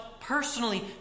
personally